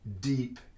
deep